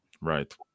Right